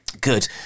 Good